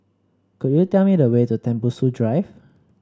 could you tell me the way to Tembusu Drive